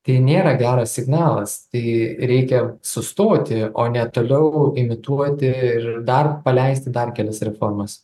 tai nėra geras signalas tai reikia sustoti o ne toliau imituoti ir dar paleisti dar kelis reformas